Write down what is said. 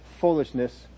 foolishness